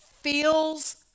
feels